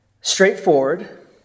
straightforward